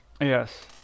Yes